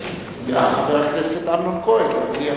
חבר הכנסת אמנון כהן.